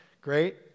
great